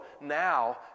now